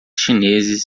chineses